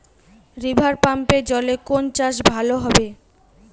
রিভারপাম্পের জলে কোন চাষ ভালো হবে?